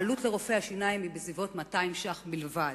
העלות לרופא השיניים היא בסביבות 200 שקלים בלבד.